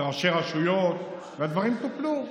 כראשי רשויות, והדברים טופלו.